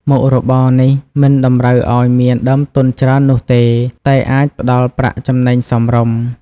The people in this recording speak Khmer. មុខរបរនេះមិនតម្រូវឲ្យមានដើមទុនច្រើននោះទេ តែអាចផ្ដល់ប្រាក់ចំណេញសមរម្យ។